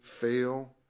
fail